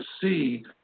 see